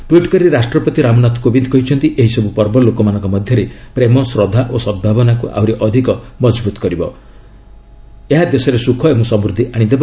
tweet କରି ରାଷ୍ଟ୍ରପତି ରାମନାଥ କୋବିନ୍ଦ କହିଛନ୍ତି ଏହିସବୁ ପର୍ବ ଲୋକମାନଙ୍କ ମଧ୍ୟରେ ପ୍ରେମ ଶ୍ରଦ୍ଧା ଓ ସଦ୍ଭାବନାକୁ ଆହୁରି ଅଧିକ ମଜବୃତ୍ କରିବ ଓ ଦେଶରେ ସ୍ରଖ ଏବଂ ସମୃଦ୍ଧି ଆଣିଦେବ